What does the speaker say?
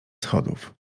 schodów